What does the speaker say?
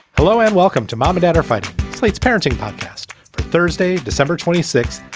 hello and welcome to mom and edified slate's parenting podcast for thursday, december twenty six,